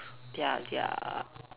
their their